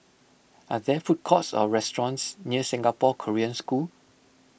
are there food courts or restaurants near Singapore Korean School